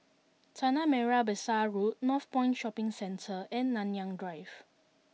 Tanah Merah Besar Road Northpoint Shopping Centre and Nanyang Drive